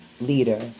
leader